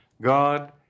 God